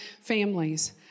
families